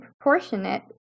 proportionate